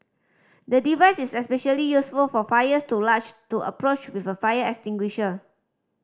the device is especially useful for fires too large to approach with a fire extinguisher